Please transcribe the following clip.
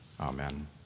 Amen